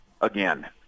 again